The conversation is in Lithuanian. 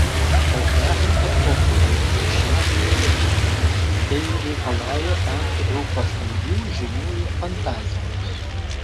tada interpretuojame šią eilutę tai reikalauja tam tikrų pastangų žinių ir fantazijos